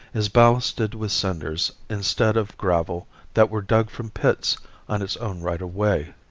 is ballasted with cinders instead of gravel that were dug from pits on its own right of way.